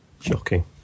Shocking